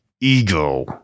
ego